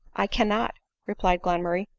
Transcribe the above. i cannot, replied glenmurray,